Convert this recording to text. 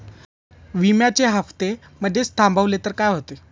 विम्याचे हफ्ते मधेच थांबवले तर काय होते?